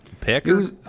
pecker